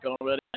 already